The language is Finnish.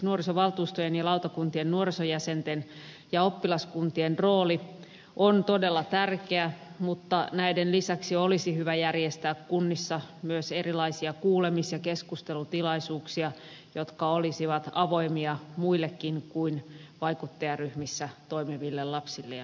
nuorisovaltuustojen ja lautakuntien nuorisojäsenten ja oppilaskuntien rooli on todella tärkeä mutta näiden lisäksi olisi hyvä järjestää kunnissa myös erilaisia kuulemis ja keskustelutilaisuuksia jotka olisivat avoimia muillekin kuin vaikuttajaryhmissä toimiville lapsille ja nuorille